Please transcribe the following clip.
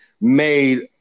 made